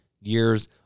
years